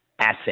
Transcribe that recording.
asset